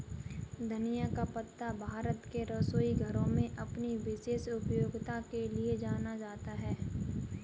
धनिया का पत्ता भारत के रसोई घरों में अपनी विशेष उपयोगिता के लिए जाना जाता है